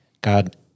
God